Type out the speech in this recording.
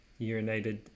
urinated